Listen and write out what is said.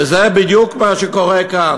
וזה בדיוק מה שקורה כאן.